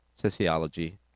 Sociology